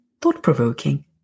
thought-provoking